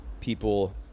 people